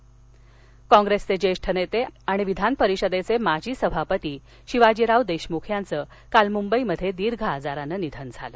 निधन काँग्रेसचे ज्येष्ठ नेते आणि विधान परिषदेचे माजी सभापती शिवाजीराव देशमुख यांचं काल मुंबईत दीर्घ आजारानं निधन झालं